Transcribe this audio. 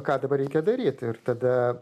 ką dabar reikia daryt ir tada